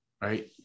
right